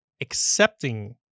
accepting